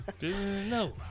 No